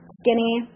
skinny